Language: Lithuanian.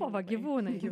o va gyvūnai